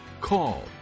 call